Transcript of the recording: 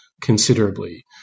considerably